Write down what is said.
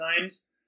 times